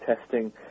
testing